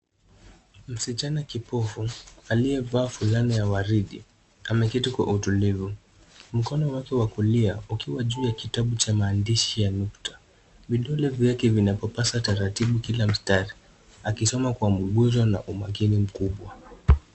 Msichana kipofu, aliyevaa fulana ya waridi, ameketi kwa utulivu. Mkono wake wa kulia, ukiwa juu ya kitabu cha maandishi ya nukta. Vidole vyake vinapapasa taratibu kila mstari. Akisoma kwa mguzo na umakini mkubwa.